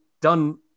done